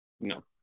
No